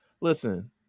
Listen